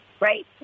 right